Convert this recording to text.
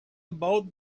about